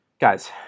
guys